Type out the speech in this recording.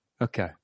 Okay